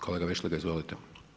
Kolega Vešligaj izvolite.